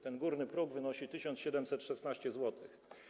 Ten górny próg wynosi 1716 zł.